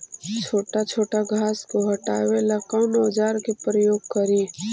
छोटा छोटा घास को हटाबे ला कौन औजार के प्रयोग करि?